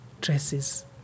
dresses